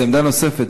זה עמדה נוספת,